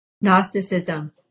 Gnosticism